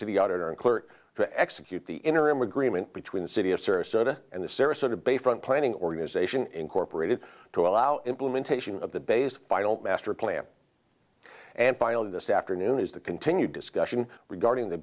city auditor and clear to execute the interim agreement between the city of sirte soda and the sarasota bay front planning organization incorporated to allow implementation of the base final master plan and finally this afternoon is the continued discussion regarding the